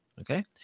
okay